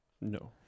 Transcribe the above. No